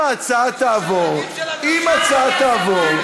אם ההצעה תעבור, אם ההצעה תעבור,